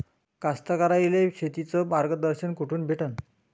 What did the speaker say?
कास्तकाराइले शेतीचं मार्गदर्शन कुठून भेटन?